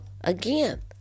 again